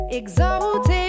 exalted